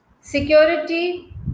security